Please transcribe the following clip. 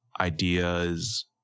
ideas